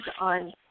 on